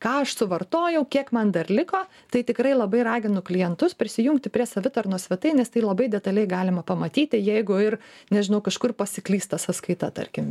ką aš suvartojau kiek man dar liko tai tikrai labai raginu klientus prisijungti prie savitarnos svetainės tai labai detaliai galima pamatyti jeigu ir nežinau kažkur pasiklysta sąskaita tarkim